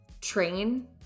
train